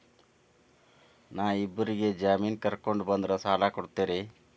ನಾ ಇಬ್ಬರಿಗೆ ಜಾಮಿನ್ ಕರ್ಕೊಂಡ್ ಬಂದ್ರ ಸಾಲ ಕೊಡ್ತೇರಿ?